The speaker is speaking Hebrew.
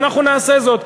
ואנחנו נעשה זאת,